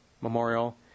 Memorial